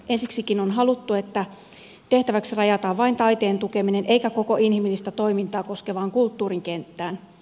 ensiksikin on haluttu että tehtäväksi rajataan vain taiteen tukeminen eikä koko inhimillistä toimintaa koskeva kulttuurin kenttä